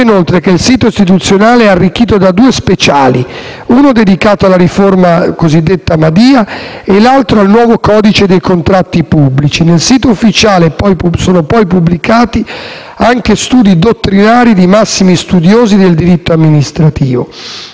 inoltre che il sito istituzionale è arricchito da due speciali, uno dedicato alla cosiddetta riforma Madia, l'altro al nuovo codice dei contratti pubblici. Nel sito ufficiale sono poi pubblicati anche studi dottrinari di massimi studiosi del diritto amministrativo.